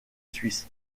suisse